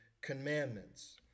Commandments